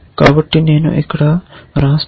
కాబట్టి నేను ఇక్కడ వ్రాస్తాను